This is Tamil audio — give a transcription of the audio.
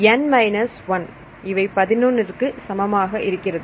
N 1 இவை 11 க்கு சமமாக இருக்கிறது